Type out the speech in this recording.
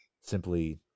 simply